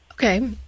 Okay